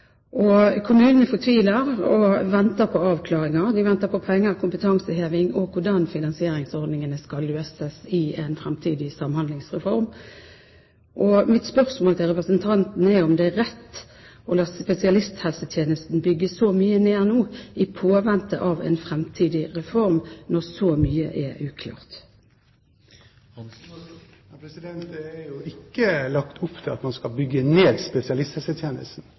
avviklet. Kommunene fortviler og venter på avklaringer. De venter på penger, kompetanseheving og et svar på hvordan finansieringsordningene skal løses i en fremtidig samhandlingsreform. Mitt spørsmål til representanten er om det er rett å la spesialisthelsetjenesten bygges så mye ned nå, i påvente av en fremtidig reform, når så mye er uklart? Det er ikke lagt opp til at man skal bygge ned spesialisthelsetjenesten.